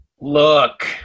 Look